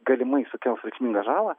galimai sukels reikšmingą žalą